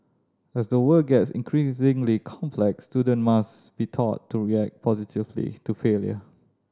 as the world gets increasingly complex student must be taught to react positively to failure